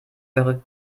eure